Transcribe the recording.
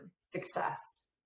success